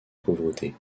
pauvreté